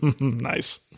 Nice